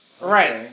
Right